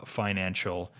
financial